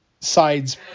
sides